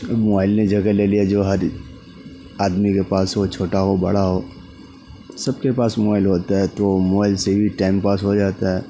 mobile نے جگہ لے لیا جو ہر آدمی کے پاس ہو چھوٹا ہو بڑا ہو سب کے پاس موائل ہوتا ہے تو موائل سے ہی ٹائم پاس ہو جاتا ہے